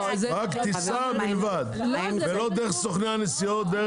טיסה בלבד ולא דרך סוכני הנסיעות.